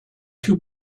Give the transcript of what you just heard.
two